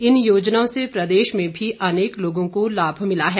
इन योजनाओं से प्रदेश में भी अनेक लोगों को लाभ मिला है